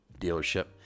dealership